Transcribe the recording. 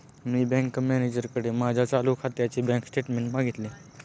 मी bank मॅनेजरकडे माझ्या चालू खात्याचे बँक स्टेटमेंट्स मागितले